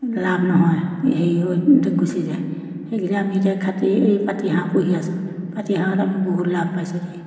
লাভ নহয় হেৰি হৈ গুচি যায় সেইকাৰণে আমি এতিয়া খাতি এই পাতি হাঁহ পুহি আছোঁ পাতি হাঁহত আমি বহুত লাভ পাইছোঁ দেই